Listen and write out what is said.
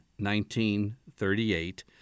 1938